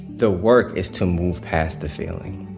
the work is to move past the feeling.